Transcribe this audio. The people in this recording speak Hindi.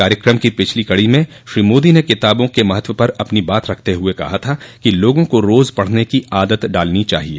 कायक्रम की पिछली कड़ी में श्री मोदी ने किताबों के महत्व पर अपनी बात रखते हुए कहा था कि लोगों को रोज पढ़ने की आदत डालनी चाहिए